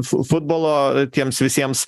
fu futbolo tiems visiems